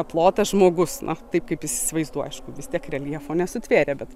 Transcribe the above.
plotą žmogus na taip kaip jis įsivaizduoja aišku vis tiek reljefo nesutvėrė bet